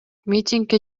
митингге